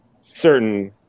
certain